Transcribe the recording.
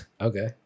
Okay